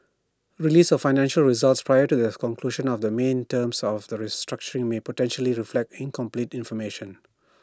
release of financial results prior to the conclusion of the main terms of the restructuring may potentially reflect incomplete information